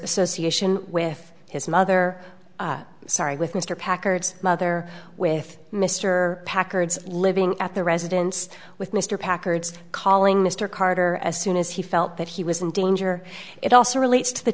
association with his mother sorry with mr packard's mother with mr packard's living at the residence with mr packard's calling mr carter as soon as he felt that he was in danger it also relates to the